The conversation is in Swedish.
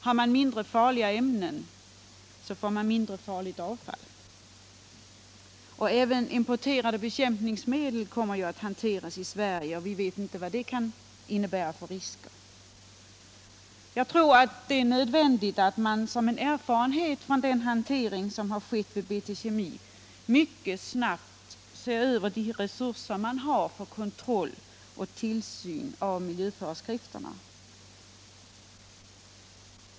Har man mindre farliga ämnen får man mindre farligt avfall. Även importerade bekämpningsmedel kommer att hanteras i Sverige och vi vet inte vilka risker det kan innebära. Det är nödvändigt att man efter erfarenheten av hanteringen vid BT Kemi mycket snabbt ser över resurserna för kontroll och tillsyn av miljöföreskrifterna.